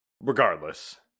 Regardless